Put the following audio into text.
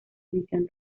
división